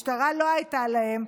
משטרה לא הייתה להם.